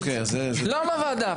לא בוועדה,